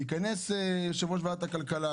ייכנס יושב-ראש ועדת הכלכלה,